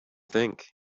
think